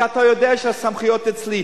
כי אתה יודע שהסמכויות אצלי.